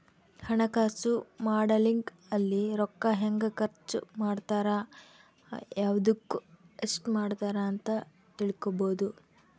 ಹಣಕಾಸು ಮಾಡೆಲಿಂಗ್ ಅಲ್ಲಿ ರೂಕ್ಕ ಹೆಂಗ ಖರ್ಚ ಮಾಡ್ತಾರ ಯವ್ದುಕ್ ಎಸ್ಟ ಮಾಡ್ತಾರ ಅಂತ ತಿಳ್ಕೊಬೊದು